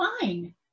fine